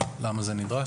למה זה נדרש?